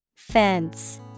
Fence